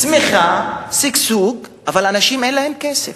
צמיחה, שגשוג, אבל אנשים אין להם כסף.